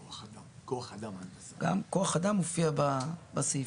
כוח אדם מופיע בסעיפים.